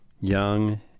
Young